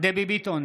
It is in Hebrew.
דבי ביטון,